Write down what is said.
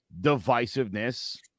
divisiveness